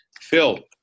Phil